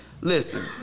Listen